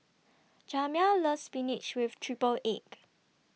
Jamya loves Spinach with Triple Egg